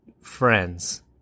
friends